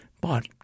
But